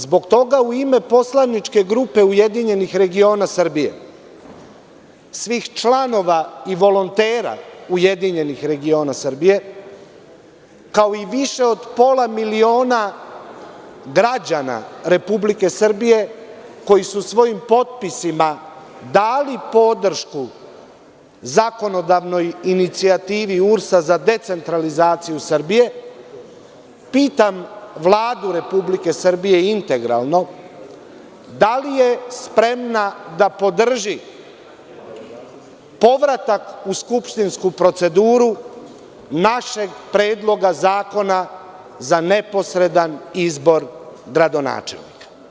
Zbog toga u ime poslaničke grupe URS svih članova i volontera URS, kao i više od pola miliona građana Republike Srbije koji su svojim potpisima dali podršku zakonodavnoj inicijativi URS za decentralizaciju Srbije, pitam Vladu Republike Srbije integralno – da li je spremna da podrži povratak u skupštinsku proceduru našeg Predloga zakona za neposredan izbor gradonačelnika?